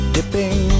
Dipping